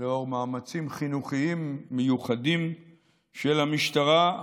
לאור מאמצים חינוכיים מיוחדים של המשטרה,